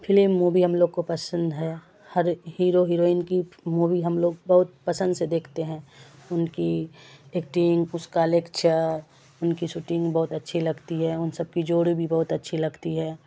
film movie ہم لوگ کو پسند ہے ہر ہیرو ہیروئن کی مووی ہم لوگ بہت پسند سے دیکھتے ہیں ان کی ایکٹنگ اس کا لیکچر ان کی شوٹنگ بہت اچھی لگتی ہے ان سب کی جوڑی بھی بہت اچھی لگتی ہے